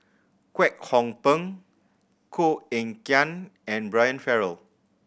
Kwek Hong Png Koh Eng Kian and Brian Farrell